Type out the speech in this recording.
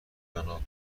جانا